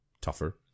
tougher